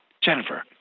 Jennifer